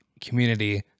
community